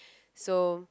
so